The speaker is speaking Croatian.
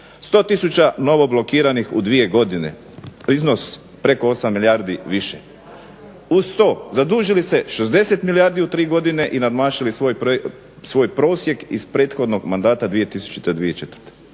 100 tisuća novo blokiranih u 2 godine. Iznos preko 8 milijardi više. Uz to zadužili se 60 milijardi u tri godine i nadmašili svoj prosjek iz prethodnog mandata